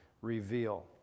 reveal